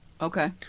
okay